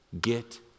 Get